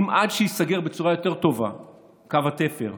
עד שייסגר בצורה יותר טובה קו התפר,